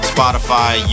Spotify